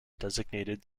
designated